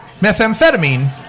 methamphetamine